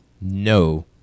No